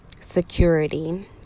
security